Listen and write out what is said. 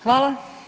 Hvala.